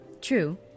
True